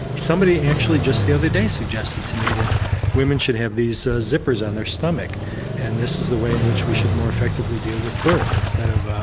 somebody actually just the other day suggested to me that women should have these zippers on their stomach and this is the way in which we should more effectively deal with birth instead of,